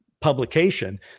publication